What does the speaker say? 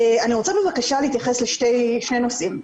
אני רוצה בבקשה להתייחס לשני נושאים.